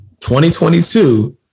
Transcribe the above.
2022